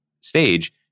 stage